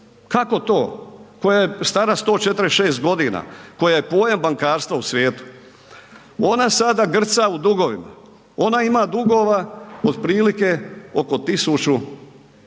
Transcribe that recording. kako to koja je stara 146 godina, koja je pojam bankarstva u svijetu. Ona sada grca u dugovima, ona ima dugova otprilike oko 1.400 –